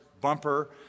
bumper